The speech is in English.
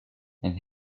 and